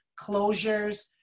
closures